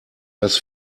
das